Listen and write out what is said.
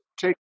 take